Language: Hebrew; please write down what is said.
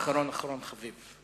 אחרון אחרון חביב.